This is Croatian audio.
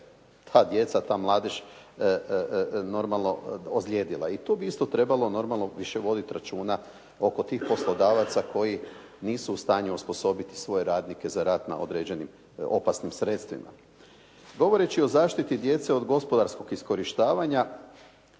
ta djeca, ta mladež normalno ozlijedila. I tu bi isto trebalo normalno više vodit računa oko tih poslodavaca koji nisu u stanju osposobiti svoje radnike za rad na određenim opasnim sredstvima. Govoreći o zaštiti djece od gospodarskog iskorištavanja,